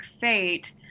fate